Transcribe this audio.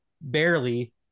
barely